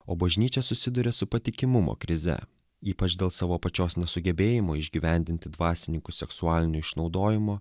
o bažnyčia susiduria su patikimumo krize ypač dėl savo pačios nesugebėjimo išgyvendinti dvasininkų seksualinio išnaudojimo